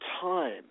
time